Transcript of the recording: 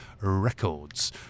Records